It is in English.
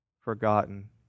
Forgotten